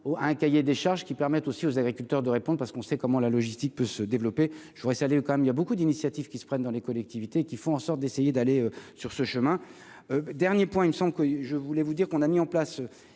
un cahier des charges qui permet aussi aux agriculteurs de répondre parce qu'on sait comment la logistique peut se développer, je voudrais saluer quand même, il y a beaucoup d'initiatives qui se prennent dans les collectivités, qui font en sorte d'essayer d'aller sur ce chemin, dernier point, il me semble que je voulais vous dire qu'on a mis en place,